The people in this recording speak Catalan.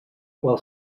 qual